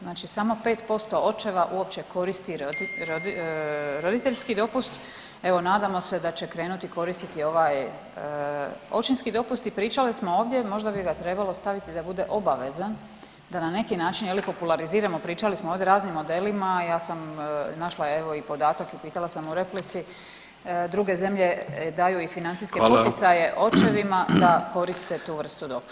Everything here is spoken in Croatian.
Znači samo 5% očeva uopće koristi roditeljski dopust, evo nadamo se da će krenuti koristiti ovaj očinski dopust i pričali smo ovdje, možda bi ga trebalo staviti da bude obavezan, da na neki način, je li, populariziramo, pričali smo ovdje o raznim modelima, ja sam našla, evo i podatak i pitala sam u replici, druge zemlje daju i financijske poticaje [[Upadica: Hvala.]] očevima da koriste tu vrstu dopusta.